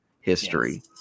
history